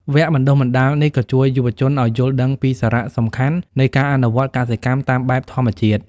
វគ្គបណ្តុះបណ្តាលនេះក៏ជួយយុវជនឱ្យយល់ដឹងពីសារៈសំខាន់នៃការអនុវត្តកសិកម្មតាមបែបធម្មជាតិ។